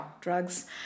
drugs